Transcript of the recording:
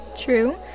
True